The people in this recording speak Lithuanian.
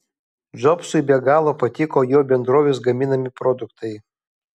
džobsui be galo patiko jo bendrovės gaminami produktai